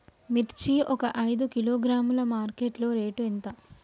మిర్చి ఒక ఐదు కిలోగ్రాముల మార్కెట్ లో రేటు ఎంత?